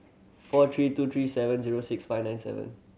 four three two three seven zero six five nine seven